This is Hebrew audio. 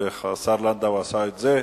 והשר לנדאו עשה את זה.